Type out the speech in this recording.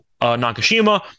Nakashima